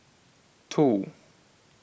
two